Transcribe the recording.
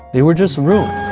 they were just ruined.